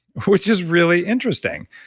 which is really interesting.